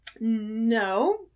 No